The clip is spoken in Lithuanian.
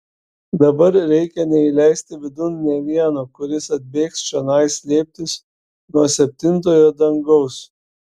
dabar reikia neįleisti vidun nė vieno kuris atbėgs čionai slėptis nuo septintojo dangaus